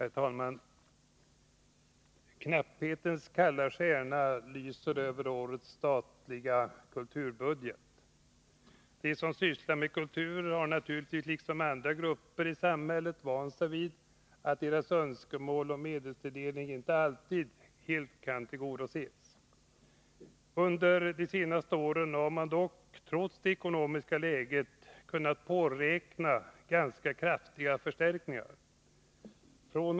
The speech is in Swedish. Herr talman! Knapphetens kalla stjärna lyser över årets statliga kulturbudget. De som sysslar med kultur har naturligtvis liksom andra grupper i samhället vant sig vid att deras önskemål om medelstilldelning inte alltid har kunnat helt tillgodoses. Under de senaste åren har de dock, trots det ekonomiska läget, kunnat påräkna ganska kraftiga förstärkningar.